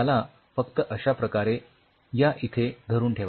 याला फक्त अश्या प्रकारे या इथे धरून ठेवा